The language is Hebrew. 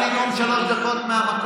אתה לא יכול לנאום שלוש דקות מהמקום,